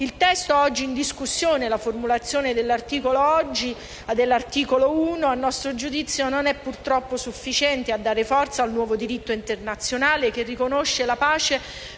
Il testo oggi in discussione e la formulazione dell'articolo 1 a nostro giudizio non sono purtroppo sufficienti a dare forza al nuovo diritto internazionale, che riconosce la pace